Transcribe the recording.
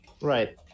right